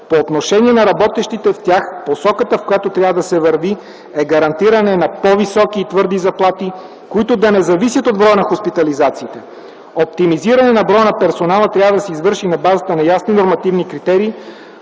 По отношение на работещите в тях, посоката, в която трябва да се върви, е гарантиране на по-високи и твърди заплати, които да не зависят от броя на хоспитализациите. Оптимизирането на броя на персонала трябва да се извърши на базата на ясни нормативни критерии,